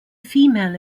female